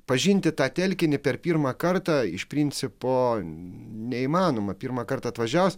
pažinti tą telkinį per pirmą kartą iš principo neįmanoma pirmą kartą atvažiavus